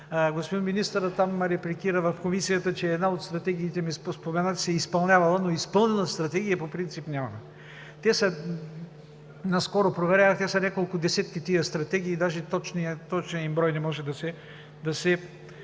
Господин министърът ме репликира в Комисията, че една от стратегиите се изпълнявала, но изпълнена стратегия по принцип няма. Наскоро проверявах – те са няколко десетки тези стратегии, даже точният им брой не може да се